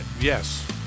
Yes